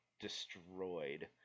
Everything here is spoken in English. destroyed